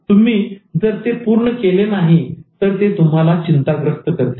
तुम्ही जर ते पूर्ण केले नाही तर ते तुम्हाला चिंताग्रस्त करते